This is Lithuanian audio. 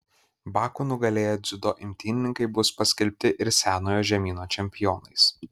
baku nugalėję dziudo imtynininkai bus paskelbti ir senojo žemyno čempionais